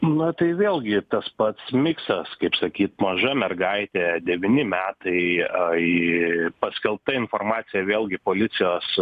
na tai vėlgi tas pats miksas kaip sakyt maža mergaitė devyni metai ai paskelbta informacija vėlgi policijos